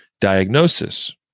diagnosis